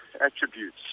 attributes